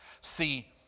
See